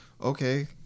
okay